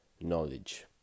knowledge